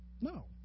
No